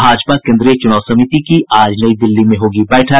भाजपा केन्द्रीय चुनाव समिति की आज नई दिल्ली में होगी बैठक